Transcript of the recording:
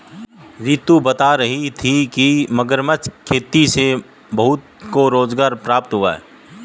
रितु बता रही थी कि मगरमच्छ खेती से बहुतों को रोजगार प्राप्त हुआ है